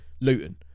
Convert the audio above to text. Luton